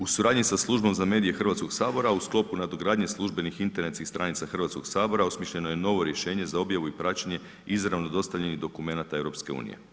U suradnji sa Službom za medije Hrvatskog sabora u sklopu nadogradnje službenih internetskih stranica Hrvatskog sabora osmišljeno je novo rješenje za objavu i praćenje izravno dostavljenih dokumenata EU.